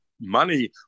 money